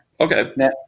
Okay